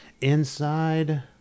inside